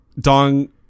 dong